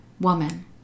woman